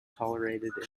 tolerated